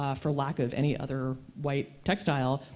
ah for lack of any other white textile,